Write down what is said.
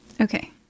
Okay